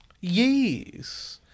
yes